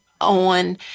on